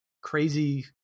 crazy